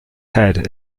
head